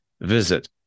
Visit